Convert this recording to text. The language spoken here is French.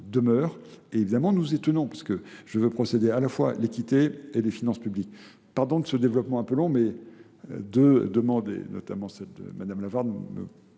et évidemment nous étonnons, parce que je veux procéder à la fois à l'équité et les finances publiques. Pardon de ce développement un peu long, de demander, notamment Mme Lavarde,